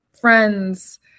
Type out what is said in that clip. friends